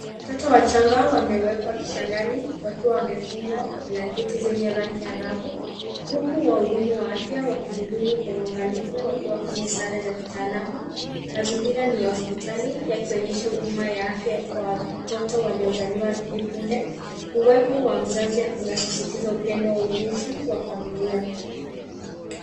Watoto wachanga wamewekwa kitandani wakiwa wamefungwa kwa blanketi zenye rangi angavu huku wahudumu wa afya wakihudumu kwa uangalifu wakiwa kwenye sare za kitaalamu. Mazingira ni ya hospitali yakionyesha huduma ya afya kwa watoto waliozaliwa hivi punde. Uwepo wa mzazi unasisitiza upendo au ulinzi wa familia.